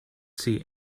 see